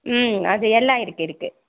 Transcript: ம் அது எல்லாம் இருக்குது இருக்குது